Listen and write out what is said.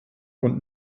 und